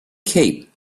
cape